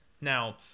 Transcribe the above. Now